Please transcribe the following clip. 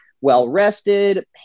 Well-rested